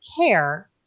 care